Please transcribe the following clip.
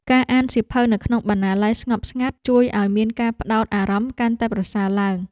ការអានសៀវភៅនៅក្នុងបណ្ណាល័យស្ងប់ស្ងាត់ ជួយឱ្យមានការផ្តោតអារម្មណ៍កាន់តែប្រសើរឡើង។